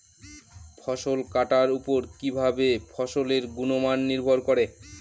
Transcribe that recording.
ফসল কাটার উপর কিভাবে ফসলের গুণমান নির্ভর করে?